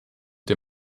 der